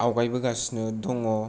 आवगायबोगासिनो दङ